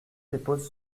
dépose